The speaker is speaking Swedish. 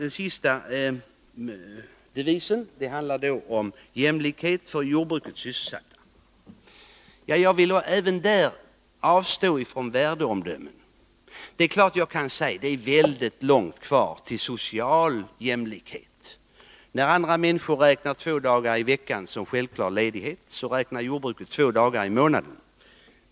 Den sista devisen handlar om jämlikhet för jordbrukets sysselsatta. Jag vill även här avstå från värdeomdömen, men det är klart att jag kan säga att det är mycket långt kvar till social jämlikhet. När andra människor räknar två dagar i veckan som självklar ledighet, räknar jordbrukarna två dagar i månaden.